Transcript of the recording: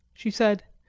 she said.